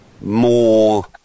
more